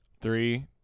three